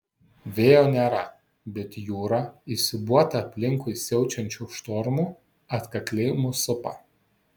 vėjo nėra bet jūra įsiūbuota aplinkui siaučiančių štormų atkakliai mus supa